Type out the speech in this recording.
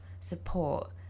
support